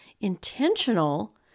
intentional